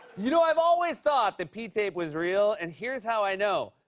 you know, i've always thought the pee tape was real. and here's how i know.